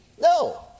No